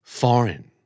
foreign